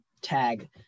tag